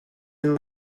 and